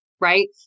Right